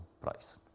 price